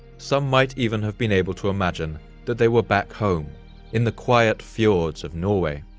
some might even have been able to imagine that they were back home in the quiet fjords of norway,